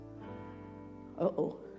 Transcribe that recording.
Uh-oh